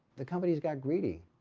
the company's got greedy.